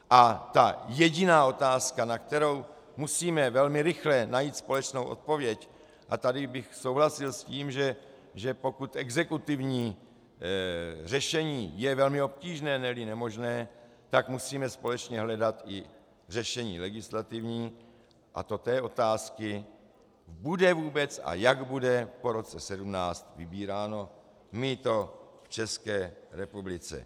A ta jediná otázka, na kterou musíme velmi rychle najít společnou odpověď, a tady bych souhlasil s tím, že pokud exekutivní řešení je velmi obtížné, neli nemožné, tak musíme společně hledat i řešení legislativní, a to té otázky bude vůbec a jak bude po roce 2017 vybíráno mýto v České republice?